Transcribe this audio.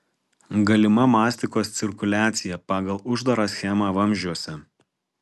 galima mastikos cirkuliacija pagal uždarą schemą vamzdžiuose